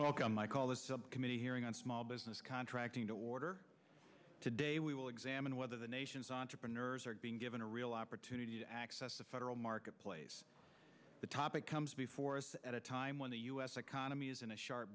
welcome my call the subcommittee hearing on small business contracting to order today we will examine whether the nation's entrepreneurs are being given a real opportunity to access the federal marketplace the topic comes before us at a time when the u s economy is in a sharp